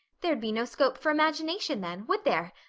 there'd be no scope for imagination then, would there?